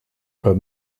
but